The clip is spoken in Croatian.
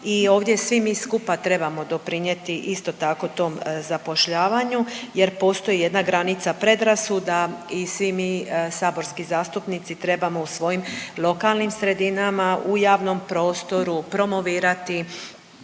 i ovdje svi mi skupa trebamo doprinijeti isto tako tom zapošljavanju jer postoji jedna granica predrasuda i svi mi saborski zastupnici trebamo u svojim lokalnim sredinama, u javnom prostoru promovirati